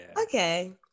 Okay